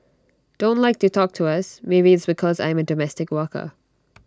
don't like to talk to us maybe it's because I am A domestic worker